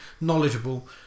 knowledgeable